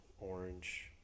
orange